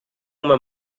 uma